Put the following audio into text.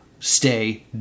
Stay